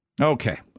Okay